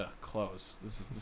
close